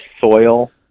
soil